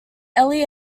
ely